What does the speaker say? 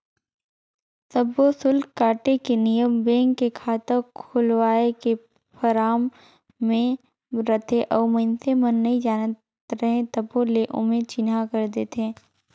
सब्बो सुल्क काटे के नियम बेंक के खाता खोलवाए के फारम मे रहथे और मइसने मन नइ जानत रहें तभो ले ओम्हे चिन्हा कर देथे